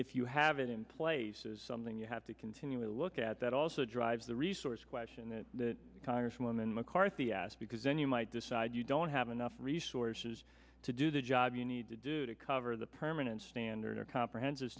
if you have it in place is something you have to continually look at that also drives the resource question that congresswoman mccarthy asked because then you might decide you don't have enough resources to do the job you need to do to cover the permanent standard or comprehensive